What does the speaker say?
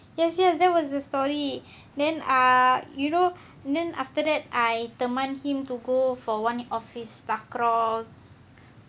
yes yes there was the story then ah you know then after that I teman him to go for one office takraw